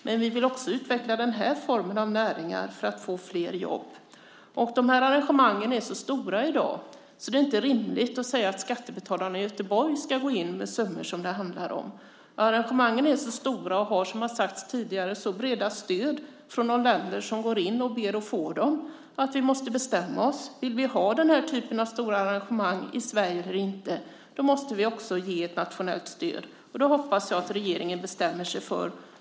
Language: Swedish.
Men vi vill också utveckla denna form av näringar för att skapa flera jobb. Dessa arrangemang är så stora i dag att det inte är rimligt att säga att skattebetalarna i Göteborg ska gå in med de summor som det handlar om. Arrangemangen är så stora och har, som har sagts tidigare, så brett stöd från de länder som ansöker om att få dem att vi måste bestämma oss. Vill vi ha denna typ av stora arrangemang i Sverige eller inte? Om vi vill det måste vi också ge ett nationellt stöd. Och det hoppas jag att regeringen bestämmer sig för.